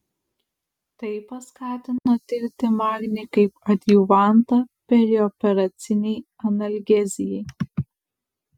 tai paskatino tirti magnį kaip adjuvantą perioperacinei analgezijai